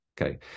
Okay